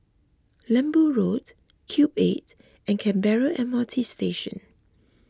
Lembu Road Cube eight and Canberra M R T Station